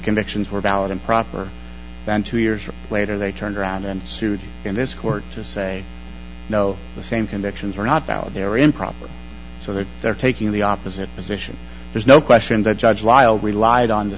convictions were valid and proper than two years later they turned around and sued in this court to say no the same convictions are not valid they're improper so that they're taking the opposite position there's no question that judge lyle relied on the